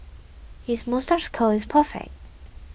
his moustache curl is perfect